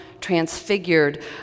transfigured